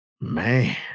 Man